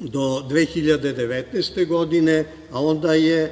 do 2019. godine, a onda je